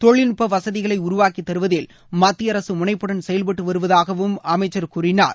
தொழில்நுட்ப வசதிகளை உருவாக்கி தருவதில் மத்திய அரசு முனைப்புடன் செயல்பட்டு வருவதாக அமைச்சர் கூறினார்